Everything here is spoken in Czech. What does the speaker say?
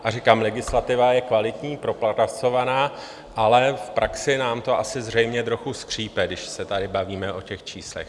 A říkám, legislativa je kvalitní, propracovaná, ale v praxi nám to asi zřejmě trochu skřípe, když se tady bavíme o těch číslech.